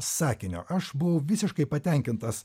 sakinio aš buvau visiškai patenkintas